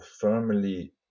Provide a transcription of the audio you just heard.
firmly